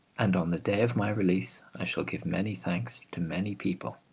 and on the day of my release i shall give many thanks to many people,